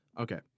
Okay